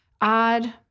Odd